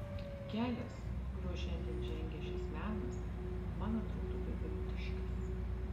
kelias kuriuo šiandien žengia šis menas man atrodo beviltiškas